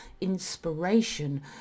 inspiration